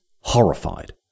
horrified